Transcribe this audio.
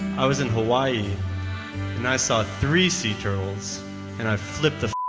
i was in hawaii and i saw three sea turtles and i flipped the